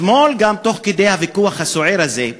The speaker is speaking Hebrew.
אתמול, תוך כדי הוויכוח הסוער הזה,